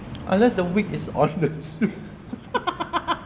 unless the wig is on the suit